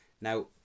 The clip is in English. Now